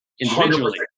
individually